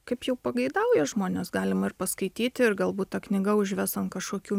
kaip jau pageidauja žmonės galima ir paskaityti ir galbūt ta knyga užves ant kažkokių